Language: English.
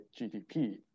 GDP